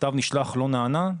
מכתב נשלח, לא נענה.